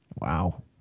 Wow